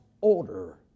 order